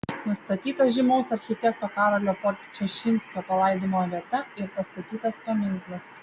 nustatyta žymaus architekto karolio podčašinskio palaidojimo vieta ir pastatytas paminklas